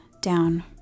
down